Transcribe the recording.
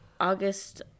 August